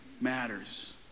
matters